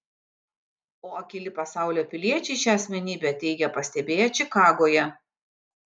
o akyli pasaulio piliečiai šią asmenybę teigia pastebėję čikagoje